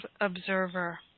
observer